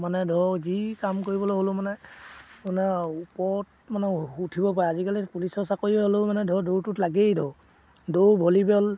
মানে ধৰক যি কাম কৰিবলৈ হ'লেও মানে মানে ওপৰত মানে উঠিব পাৰে আজিকালি পুলিচৰ চাকৰি হ'লেও মানে ধৰক দৌৰটো লাগেই ধৰক দৌৰ ভলীবল